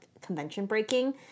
convention-breaking